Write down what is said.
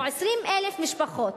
או 20,000 משפחות